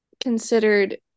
considered